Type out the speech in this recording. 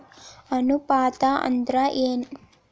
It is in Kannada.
ಅನುಪಾತ ಅಂದ್ರ ಏನ್?